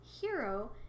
Hero